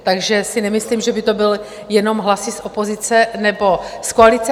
Takže si nemyslím, že by to byly jenom hlasy z opozice nebo z koalice.